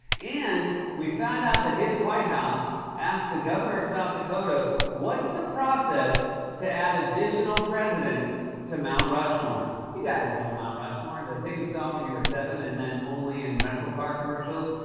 and we found out that his white house asked the governor of south dakota, what's the process to add additional presidents to mount rushmore? you guys know mount rushmore, the thing you saw when you were seven and then only in rental car commercials.